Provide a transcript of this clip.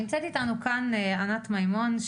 נמצאת איתנו כאן ענת מימון,